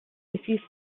you